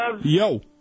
Yo